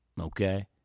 Okay